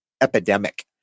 epidemic